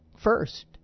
first